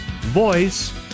voice